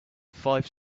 five